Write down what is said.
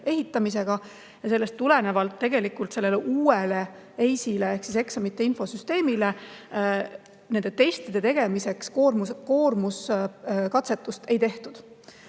ümberehitamisega. Sellest tulenevalt tegelikult sellele uuele EIS-ile ehk eksamite infosüsteemile nende testide tegemiseks koormuskatsetust ei tehtud.